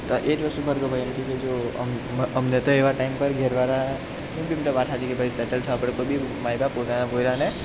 તો એજ વસ્તુ ભાર્ગવભાઈ એમ કહે કે જો આમ અમને તો એવા ટાઈમ પર ઘરવાળા વાત સાચી કે સેટલ થવા કોઈ બી મા બાપ પોતાના પોઈરાને